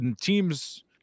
teams